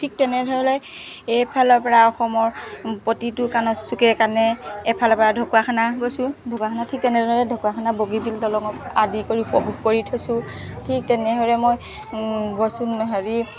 ঠিক তেনেদৰে এইফালৰ পৰা অসমৰ প্ৰতিটো কাণে চুকে কাণে এফালৰ পৰা ঢকুৱাখানা গৈছো ঢকুৱাখানা ঠিক তেনেদৰে ঢকুৱাখানা বগীবিল দলংত আদি কৰি উপভোগ কৰি থৈছোঁ ঠিক তেনেদৰে মই গৈছো হেৰি